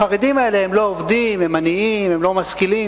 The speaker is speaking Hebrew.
החרדים האלה לא עובדים, הם עניים, הם לא משכילים.